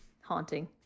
haunting